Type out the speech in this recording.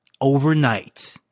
overnight